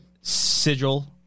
sigil